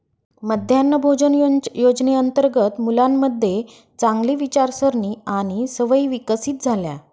मध्यान्ह भोजन योजनेअंतर्गत मुलांमध्ये चांगली विचारसारणी आणि सवयी विकसित झाल्या